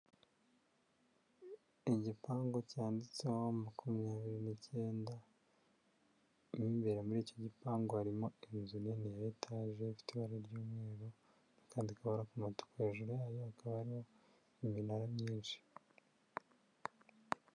Igipangu cyanditseho makumyabiri n'icyenda mu imbera muri iki gipangu harimo inzu nini ya etaje ifite ibara ry'umweru kandi n'akandi kabara ku'umutuku hejuru yayo hakaba hariho n'iminara myinshi.